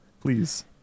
please